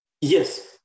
Yes